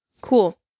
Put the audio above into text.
Cool